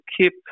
keep